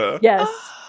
Yes